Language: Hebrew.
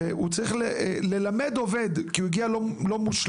והוא צריך ללמד עובד כי הוא הגיע ללא הכשרה,